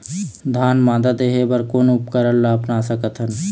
धान मादा देहे बर कोन उपकरण ला अपना सकथन?